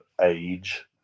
age